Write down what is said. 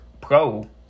pro